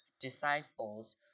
disciples